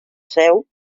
seu